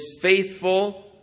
faithful